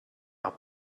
are